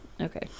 Okay